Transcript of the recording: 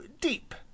deep